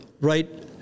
right